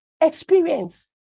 Experience